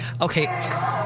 Okay